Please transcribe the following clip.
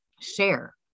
share